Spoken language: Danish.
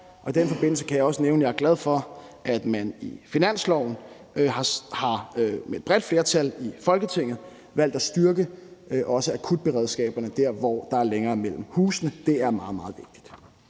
og i den forbindelse kan jeg også nævne, at jeg er glad for, at man i finansloven med et bredt flertal i Folketinget også har valgt at styrke akutberedskaberne der, hvor der er længere mellem husene. Det er meget, meget vigtigt.